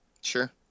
sure